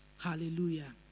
Hallelujah